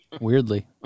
Weirdly